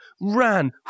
ran